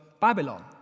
Babylon